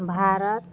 Bharat